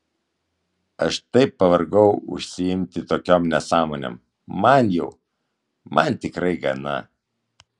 aš taip pavargau užsiimti tokiom nesąmonėm man jau man tikrai gana